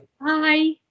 Bye